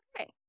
okay